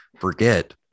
forget